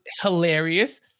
hilarious